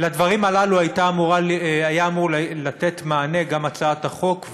לדברים הללו הייתה אמורה לתת מענה גם הצעת החוק,